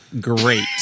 great